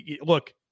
look